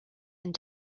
and